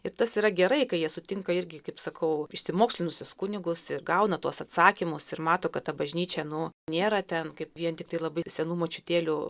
ir tas yra gerai kai jie sutinka irgi kaip sakau išsimokslinusius kunigus ir gauna tuos atsakymus ir mato kad ta bažnyčia nu nėra ten kaip vien tiktai labai senų močiutėlių